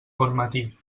bonmatí